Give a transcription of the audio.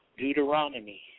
Deuteronomy